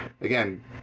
again